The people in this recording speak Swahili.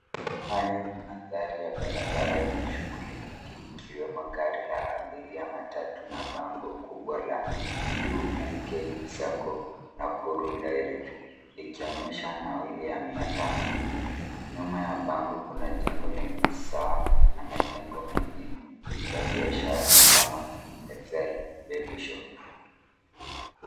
Haya ni mandhari ya barabara yenye shughuli nyingi, ikiwemo gari la abiria, matatu na bango kubwa la 2NK Sacco Nakuru Direct, likionyesha nauli ya mia tano. Nyuma ya bango kuna jengo lenye saa na majengo mengine ya biashara kama Excel Baby Shop.